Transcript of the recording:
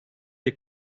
iyi